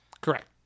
Correct